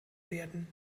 werden